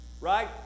right